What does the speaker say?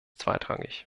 zweitrangig